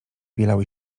bielały